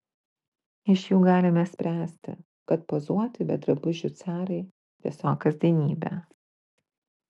iš jų galime spręsti kad pozuoti be drabužių carai tiesiog kasdienybė